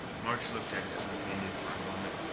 march looked at his companion, for a moment,